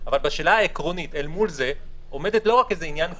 אבל בשאלה העקרונית אל מול זה עומד לא רק עניין כלכלי,